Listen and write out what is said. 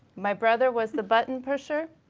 my brother was the button pusher,